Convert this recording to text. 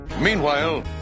Meanwhile